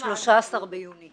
13 ביוני